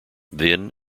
then